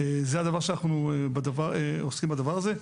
אנחנו עוסקים בדבר הזה.